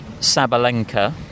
Sabalenka